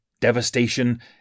devastation